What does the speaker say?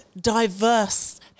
diverse